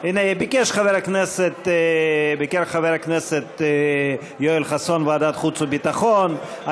ביקש חבר הכנסת יואל חסון ועדת החוץ והביטחון,